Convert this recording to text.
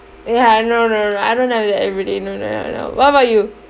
ya no no no I don't have that every day no no no no what about you